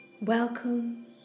Welcome